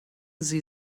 sie